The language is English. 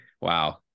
Wow